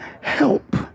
help